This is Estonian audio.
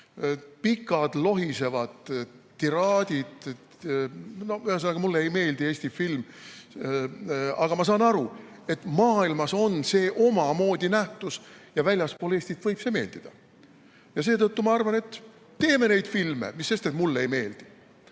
pikad lohisevad tiraadid. Ühesõnaga, mulle ei meeldi Eesti film. Aga ma saan aru, et maailmas on see omamoodi nähtus ja väljaspool Eestit võib see meeldida. Ja seetõttu ma arvan, et teeme neid filme, mis sest, et mulle ei meeldi.